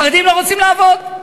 חרדים לא רוצים לעבוד,